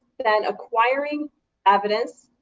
then acquiring evidence,